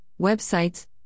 websites